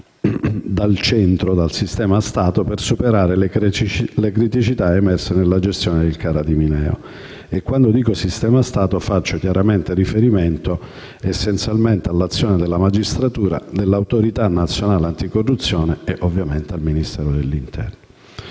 adottati dal sistema Stato per superare le criticità emerse nella gestione del CARA di Mineo. Quando dico «sistema Stato», faccio riferimento principalmente all'azione della magistratura, dell'Autorità nazionale anticorruzione e ovviamente del Ministero dell'interno.